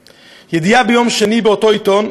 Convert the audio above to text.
ידיעה ביום שני באותו עיתון: